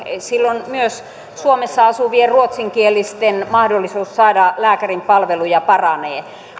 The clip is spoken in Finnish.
silloin myös suomessa asuvien ruotsinkielisten mahdollisuus saada lääkärin palveluja paranee